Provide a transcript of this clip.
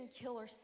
killer